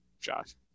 Josh